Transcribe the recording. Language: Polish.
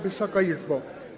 Wysoka Izbo!